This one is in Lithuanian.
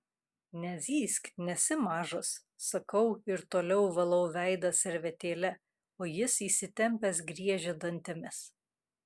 nezyzk nesi mažas sakau ir toliau valau veidą servetėle o jis įsitempęs griežia dantimis